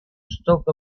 stoke